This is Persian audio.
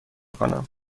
کنم